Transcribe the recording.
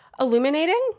Illuminating